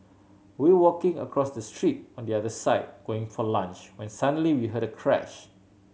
we were walking across the street on the other side going for lunch when suddenly we heard a crash